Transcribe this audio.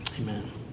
Amen